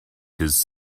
his